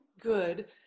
good